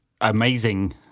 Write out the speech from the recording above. amazing